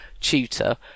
tutor